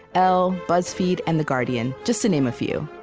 elle, buzzfeed, and the guardian, just to name a few.